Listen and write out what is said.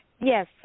Yes